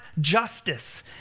justice